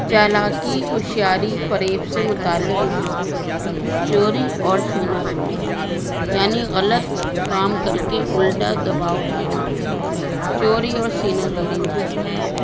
چالاکی ہوشیاری فرییب سے متعلق محاورے چوری اور سینہ زوری یعنی غلط کام کر کے الٹا دباؤ ڈالنا چوری اور سینہ زوری مت کرو